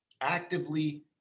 actively